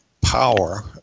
power